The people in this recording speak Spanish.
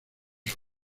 sus